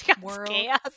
world